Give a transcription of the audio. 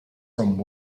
from